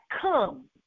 come